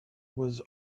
was